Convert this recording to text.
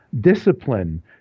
discipline